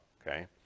okay